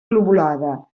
lobulada